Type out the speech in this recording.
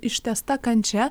ištęsta kančia